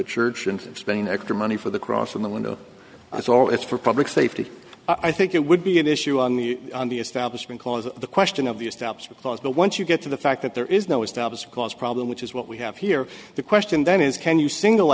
a church and spending extra money for the cross in the window that's all it's for public safety i think it would be an issue on the on the establishment clause the question of the establishment clause but once you get to the fact that there is no established cause problem which is what we have here the question then is can you single